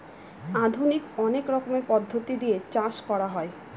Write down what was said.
আধুনিক অনেক রকমের পদ্ধতি দিয়ে চাষ করা হয়